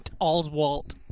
Aldwalt